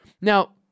Now